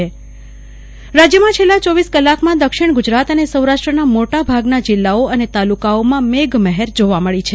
કુલ્પના શાહ ચોમાસું રાજ્યમાં છેલ્લા ચોવીસ કલાકમાં દક્ષિણ ગુજરાત અને સૌરાષ્ટ્રના મોટાભાગના જલ્લાઓ અને તાલુકાઓમાં મેઘમહેર જોવા મળી છે